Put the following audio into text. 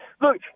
Look